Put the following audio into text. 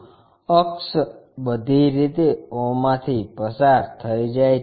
અક્ષ અક્ષ બધી રીતે o માંથી પસાર થઇ જાય છે